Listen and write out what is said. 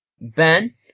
Ben